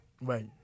Right